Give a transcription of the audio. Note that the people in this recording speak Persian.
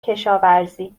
کشاورزی